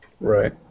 Right